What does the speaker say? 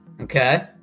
Okay